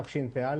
שנת תשפ"א.